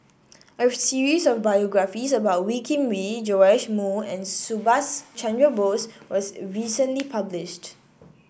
a series of biographies about Wee Kim Wee Joash Moo and Subhas Chandra Bose was recently published